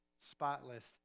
spotless